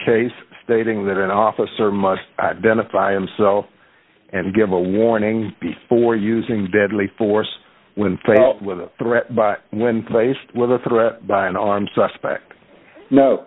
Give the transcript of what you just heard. case stating that an officer must identify himself and give a warning before using deadly force when fault when a threat by when faced with a threat by an armed suspect no